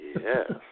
Yes